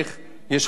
כמו שאני אומר,